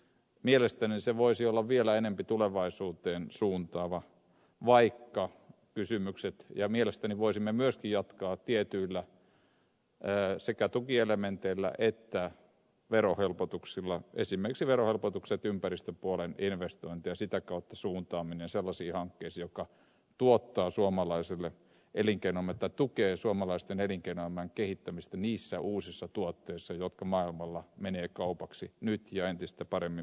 mielestäni se voisi olla vielä enempi tulevaisuuteen suuntaava ja mielestäni voisimme myöskin jatkaa tietyillä sekä tukielementeillä että verohelpotuksilla esimerkiksi verohelpotuksilla ympäristöpuolen investointeihin ja sitä kautta niiden suuntaamisella sellaisiin hankkeisiin jotka tukevat suomalaisen elinkeinoelämän kehittämistä niissä uusissa tuotteissa jotka maailmalla menevät kaupaksi nyt ja entistä paremmin tulevaisuudessa